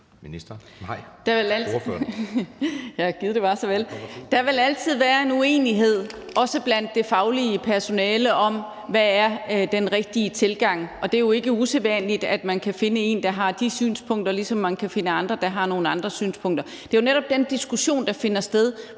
Der vil altid være en uenighed, også blandt det faglige personale, om, hvad den rigtige tilgang er. Det er jo ikke usædvanligt, at man kan finde en, der har de synspunkter, ligesom man kan finde andre, der har nogle andre synspunkter. Det er jo netop den diskussion, der finder sted på